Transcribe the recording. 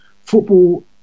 football